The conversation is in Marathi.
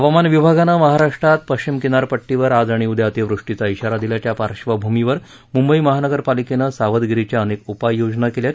हवामान विभागानं महाराष्ट्रात पश्चिम किनारपट्टीवर आज आणि उद्या अतिवृष्टीचा इशारा दिल्याच्या पार्श्वभूमीवर मुंबई महापालिकेनं सावधगिरीच्या अनेक उपाययोजना केल्या आहेत